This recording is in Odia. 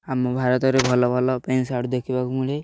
ଆମ ଭାରତରେ ଭଲ ଭଲ ପ୍ୟାଣ୍ଟ ସାର୍ଟ ଦେଖିବାକୁ ମିଳେ